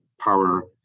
power